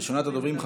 ראשונת הדוברים,